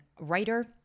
writer-